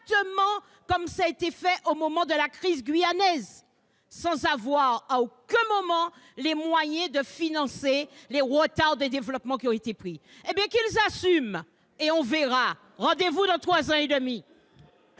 exactement comme lors de la crise guyanaise, le tout sans avoir à aucun moment les moyens de financer les retards de développement qui ont été pris. Eh bien, assumez, et on verra ! Rendez-vous dans trois ans et demi